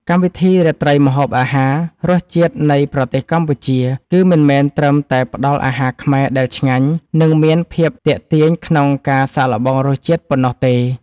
កម្មវិធីរាត្រីម្ហូបអាហារ “រសជាតិនៃប្រទេសកម្ពុជា” គឺមិនត្រឹមតែផ្តល់អាហារខ្មែរដែលឆ្ងាញ់ និងមានភាពទាក់ទាញក្នុងការសាកល្បងរសជាតិប៉ុណ្ណោះទេ